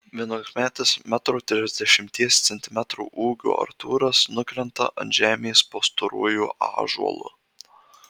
vienuolikmetis metro trisdešimties centimetrų ūgio artūras nukrenta ant žemės po storuoju ąžuolu